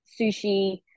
sushi